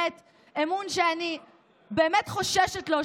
אמון שאני באמת חוששת לו,